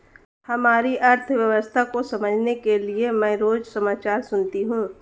हमारी अर्थव्यवस्था को समझने के लिए मैं रोज समाचार सुनती हूँ